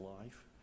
life